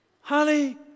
honey